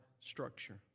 structure